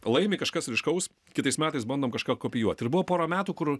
laimi kažkas ryškaus kitais metais bandom kažką kopijuot ir buvo porą metų kur